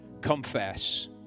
confess